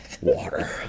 water